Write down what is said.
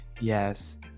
Yes